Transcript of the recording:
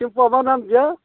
सिम्फुआ मा नाम बियो